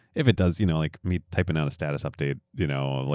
if it does, you know like me typing out a status update you know or